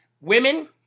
women